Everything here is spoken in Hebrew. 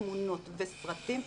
תמונות וסרטים.